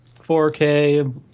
4K